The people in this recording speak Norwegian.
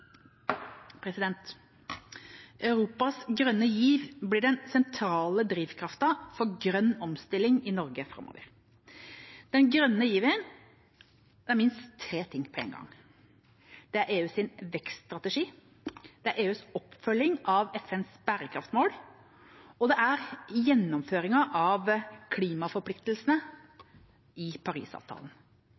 Europas grønne giv blir den sentrale drivkraften for grønn omstilling i Norge framover. Den grønne given er minst tre ting på én gang. Det er EUs vekststrategi. Det er EUs oppfølging av FNs bærekraftsmål. Og det er gjennomføringen av klimaforpliktelsene i Parisavtalen.